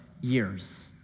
years